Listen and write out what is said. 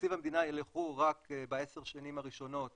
לתקציב המדינה יילכו בעשר השנים הראשונות